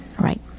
Right